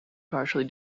partially